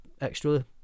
extra